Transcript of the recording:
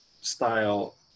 style